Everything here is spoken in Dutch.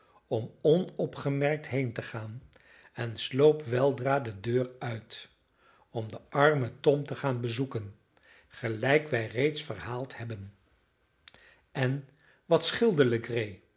om onopgemerkt heen te gaan en sloop weldra de deur uit om den armen tom te gaan bezoeken gelijk wij reeds verhaald hebben en wat